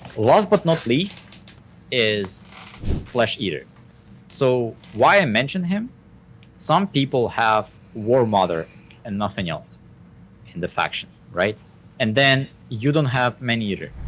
last but not least is flesh-eater so why i mentioned him some people have war mother and nothing else in the faction right and then you don't have man-eater,